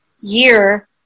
year